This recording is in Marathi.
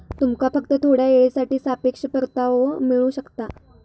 तुमका फक्त थोड्या येळेसाठी सापेक्ष परतावो मिळू शकता